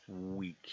week